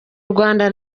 rwanda